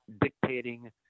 dictating